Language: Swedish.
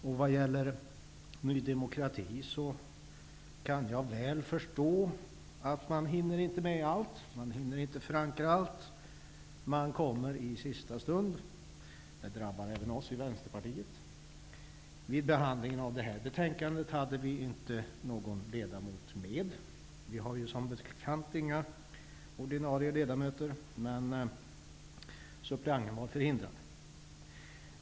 När det gäller Ny demokrati kan jag väl förstå att man inte hinner med allt. Man hinner inte förankra allt. Man kommer i sista stund. Det drabbar även oss i Vänsterpartiet. Vid behandlingen av detta betänkande hade vi inte någon ledamot med. Vi har som bekant inte några ordinarie ledamöter i utskottet, och suppleanten var förhindrad att närvara.